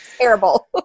Terrible